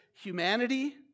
humanity